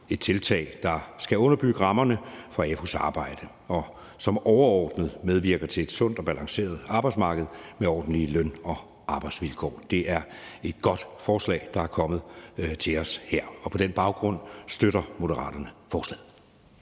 et tiltag, der skal underbygge rammerne for AFU's arbejde, og som overordnet medvirker til et sundt og balanceret arbejdsmarked med ordentlige løn- og arbejdsvilkår. Det er et godt forslag, der er kommet til os her. Og på den baggrund støtter Moderaterne forslaget.